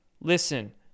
Listen